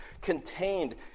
contained